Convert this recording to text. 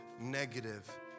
negative